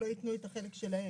את החלק שלהם.